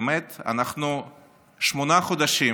באמת, אנחנו שמונה חודשים